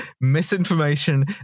misinformation